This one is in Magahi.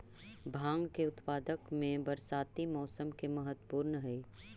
भाँग के उत्पादन में बरसाती मौसम के महत्त्व हई